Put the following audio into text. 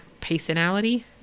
personality